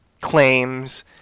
claims